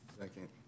Second